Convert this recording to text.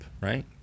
right